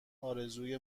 ارزوی